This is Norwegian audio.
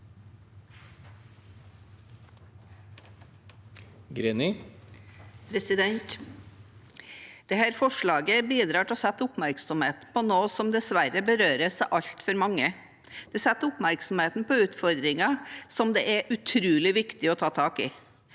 representantfor- slaget bidrar til å rette oppmerksomheten mot noe som dessverre berører så altfor mange. Det retter oppmerksomheten mot utfordringer som det er utrolig viktig å ta tak i.